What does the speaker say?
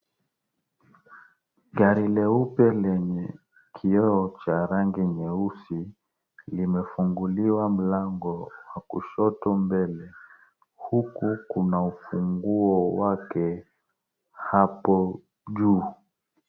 Gari leupe lenye kioo cha rangi nyeusi limefunguliwa mlango wa kushoto mbele huku kuna ufunguo wake hapo juu.